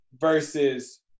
versus